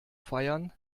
feiern